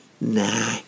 nah